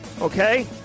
okay